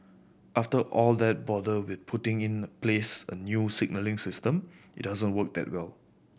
after all that bother with putting in place a new signalling system it doesn't work that well